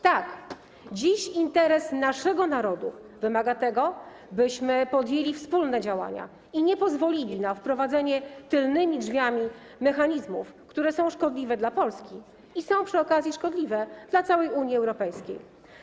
Tak, dziś interes naszego narodu wymaga tego, byśmy podjęli wspólne działania i nie pozwolili na wprowadzenie tylnymi drzwiami mechanizmów, które są szkodliwe dla Polski i przy okazji są szkodliwe dla całej Unii Europejskiej.